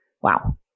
Wow